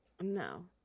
no